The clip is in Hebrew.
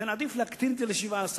לכן עדיף להקטין את זה ל-17.